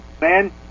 Man